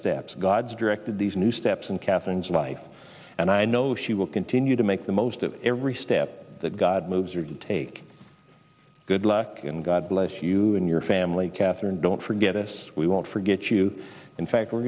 steps god's directed these new steps and catherine's life and i know she will continue to make the most of every step that god moves or to take good luck and god bless you and your family katherine don't forget us we won't forget you in fact we're